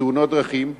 בתאונות דרכים,